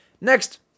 Next